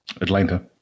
Atlanta